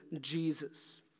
Jesus